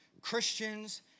Christians